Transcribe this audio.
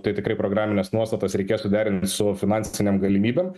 tai tikrai programines nuostatas reikės suderint su finansinėm galimybėm